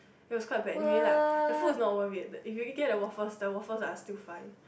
it was quite bad anyway like the food is not worth it if you get the waffles the waffles are still fine